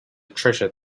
treasure